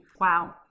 Wow